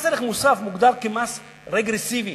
מס ערך מוסף מוגדר כמס רגרסיבי,